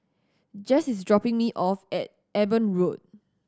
Jess is dropping me off at Eben Road